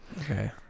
Okay